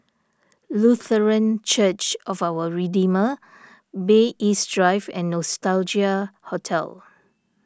Lutheran Church of Our Redeemer Bay East Drive and Nostalgia Hotel